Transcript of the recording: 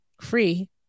free